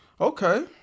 okay